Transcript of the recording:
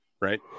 right